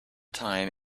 time